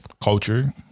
Culture